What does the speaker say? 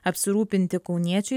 apsirūpinti kauniečiai